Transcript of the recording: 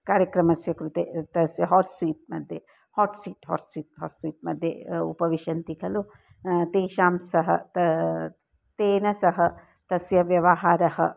कार्यक्रमस्य कृते तस्य हाट् सीट्मध्ये hot seat hot seat hot सीट्मध्ये उपविशन्ति खलु तेषां सः तेन सह तस्य व्यवहारः